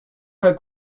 her